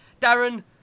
Darren